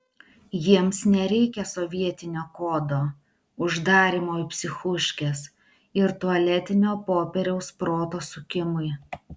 jiems nereikia sovietinio kodo uždarymo į psichuškes ir tualetinio popieriaus proto sukimui